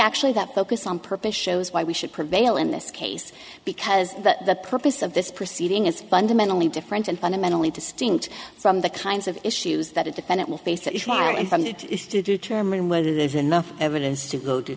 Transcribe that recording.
actually that focus on purpose shows why we should prevail in this case because the purpose of this proceeding is fundamentally different and fundamentally distinct from the kinds of issues that a defendant will face if we are informed to determine whether there's enough evidence to go to